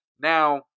now